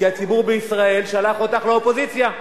כי הציבור בישראל שלח אותך לאופוזיציה,